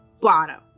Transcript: bottom